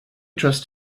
trust